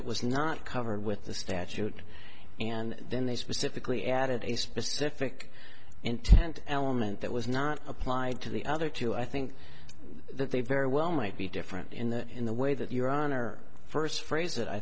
it was not covered with the statute and then they specifically added a specific intent element that was not applied to the other two i think they very well might be different in that in the way that your honor first phrase